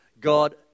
God